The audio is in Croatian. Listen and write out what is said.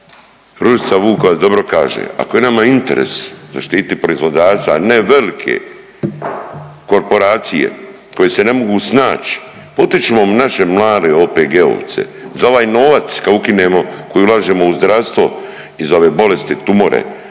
Ružica Vukovac dobro kaže ako je nama interes zaštiti proizvođača, a ne velike korporacije koje se ne mogu snaći, potičimo naše mlade OPG-ovce za ovaj novac kad ukinemo koji ulažemo u zdravstvo i za ove bolesti tumore